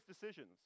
decisions